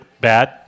Bad